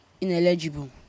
ineligible